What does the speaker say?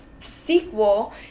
sequel